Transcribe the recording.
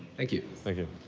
thank you. thank you.